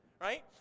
Right